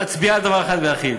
מצביעה על דבר אחד ויחיד,